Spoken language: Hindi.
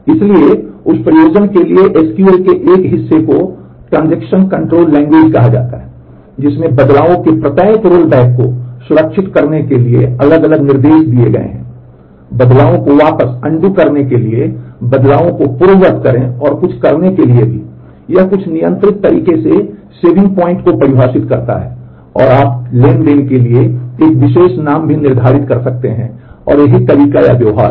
इसलिए उस प्रयोजन के लिए एसक्यूएल करने के लिए बदलावों को पूर्ववत करें और कुछ करने के लिए भी यह कुछ नियंत्रित तरीके से सेविंग पॉइंट को परिभाषित करता है और आप ट्रांज़ैक्शन के लिए एक विशेष नाम भी निर्धारित कर सकते हैं और यही तरीकाव्यवहार है